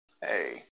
Hey